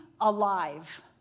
alive